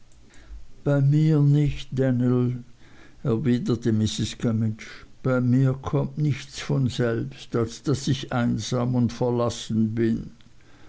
bei mir nicht danl erwiderte mrs gummidge bei mir kommt nichts von selbst als daß ich einsam und verlassen bin